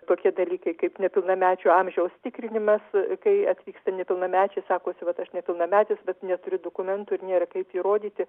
tokie dalykai kaip nepilnamečių amžiaus tikrinimas kai atvyksta nepilnamečiai sakosi vat aš nepilnametis vat neturiu dokumentų ir nėra kaip įrodyti